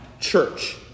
church